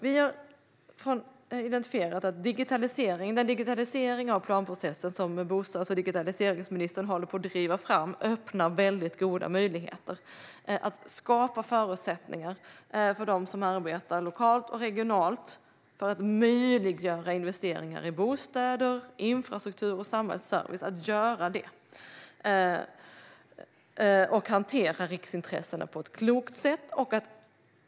Vi har identifierat att den digitalisering av planprocessen som bostads och digitaliseringsministern håller på att driva fram öppnar väldigt goda möjligheter för dem som arbetar lokalt och regionalt att göra investeringar i bostäder, infrastruktur och samhällsservice och att hantera riksintressena på ett klokt sätt.